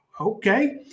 Okay